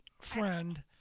friend